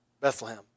bethlehem